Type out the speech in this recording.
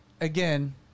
again